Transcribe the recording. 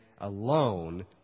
alone